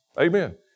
Amen